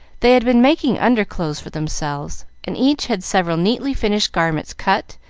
they had been making underclothes for themselves, and each had several neatly finished garments cut,